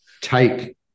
take